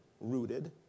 rooted